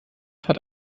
hat